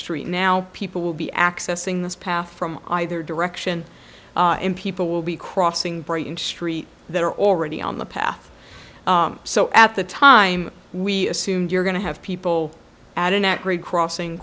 street now people will be accessing this path from either direction and people will be crossing brighton street that are already on the path so at the time we assume you're going to have people at a net rate crossing